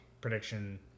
prediction